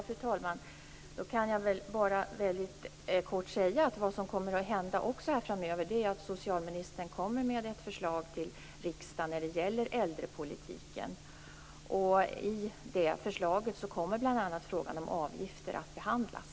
Fru talman! Jag kan väldigt kort säga vad som också kommer att hända framöver, nämligen att socialministern kommer med ett förslag till riksdagen om äldrepolitiken. I det förslaget kommer bl.a. frågan om avgifter att behandlas.